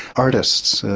artists,